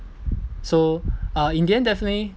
so uh in the end definitely